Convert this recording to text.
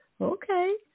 okay